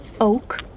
oak